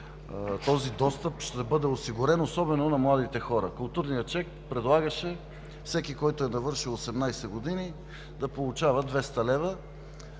този достъп ще бъде осигурен, особено на младите хора. Културният чек предлагаше всеки, навършил 18 години, да получава 200 лв.,